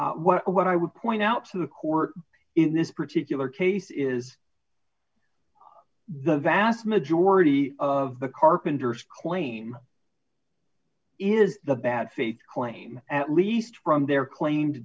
what i would point out to the court in this particular case is the vast majority of the carpenter's claim is the bad faith claim at least from their claim